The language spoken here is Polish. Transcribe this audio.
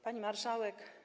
Pani Marszałek!